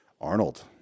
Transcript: Arnold